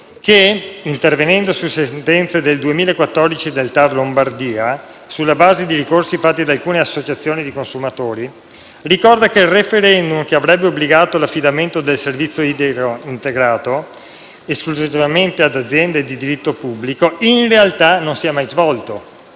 intervenendo su sentenze del 2014 del TAR Lombardia sulla base di ricorsi fatti da alcune associazioni di consumatori, ricorda che il *referendum* che avrebbe obbligato l'affidamento del servizio idrico integrato esclusivamente ad aziende di diritto pubblico in realtà non si è mai svolto.